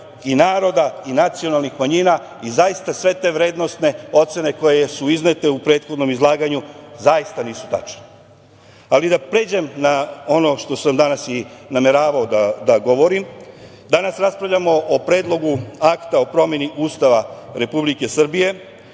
i naroda i nacionalnih manjina i zaista sve te vrednosne ocene koje su iznete u prethodnom izlaganju zaista nisu tačne. Da pređem na ono što sam danas i nameravao da govorim. Danas raspravljamo o Predlogu akta o promeni Ustava Republike Srbije,